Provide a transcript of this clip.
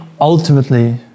ultimately